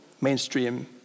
mainstream